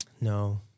No